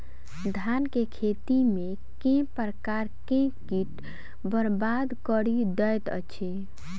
धान केँ खेती मे केँ प्रकार केँ कीट बरबाद कड़ी दैत अछि?